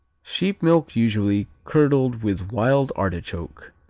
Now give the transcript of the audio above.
sheep milk usually curdled with wild artichoke,